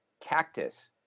cactus